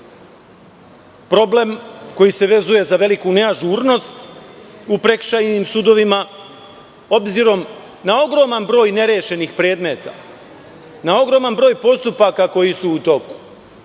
Problem koji se vezuje za veliku neažurnost u prekršajnim sudovima obzirom na ogroman broj nerešenih predmeta, na ogroman broj postupaka koji su u toku.